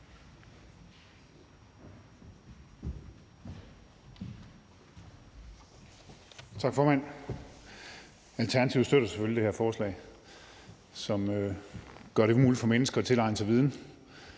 Tak, formand. Alternativet støtter selvfølgelig det her forslag, som gør det muligt for mennesker at tilegne sig viden